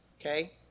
okay